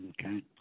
Okay